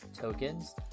tokens